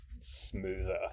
smoother